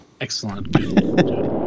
excellent